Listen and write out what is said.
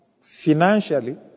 financially